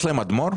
יש להם אדמו"ר?